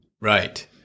Right